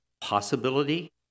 possibility